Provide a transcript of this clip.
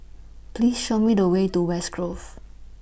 Please Show Me The Way to West Grove